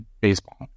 baseball